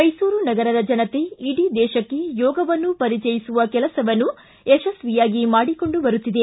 ಮೈಸೂರು ನಗರದ ಜನತೆ ಇಡೀ ದೇಶಕ್ಷೆ ಯೋಗವನ್ನು ಪರಿಚಯಿಸುವ ಕೆಲಸವನ್ನು ಯಶಸ್ವಿಯಾಗಿ ಮಾಡಿಕೊಂಡು ಬರುತ್ತಿದೆ